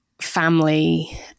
family